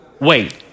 Wait